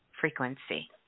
frequency